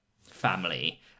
family